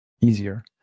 easier